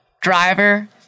driver